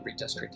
redistricting